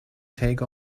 take